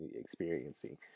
experiencing